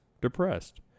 depressed